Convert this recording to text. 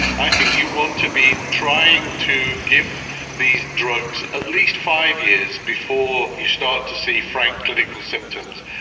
i think you want to be trying to give these drugs at least five years before you start to see frank clinical symptoms.